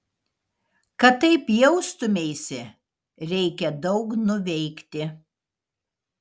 kad taip jaustumeisi reikia daug nuveikti